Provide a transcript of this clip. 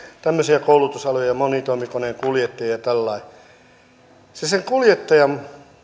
tämmöisiä koulutusaloja monitoimikoneen kuljettaja ja tällä lailla sen kuljettajan